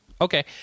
okay